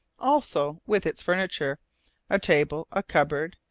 also with its furniture a table, a cupboard,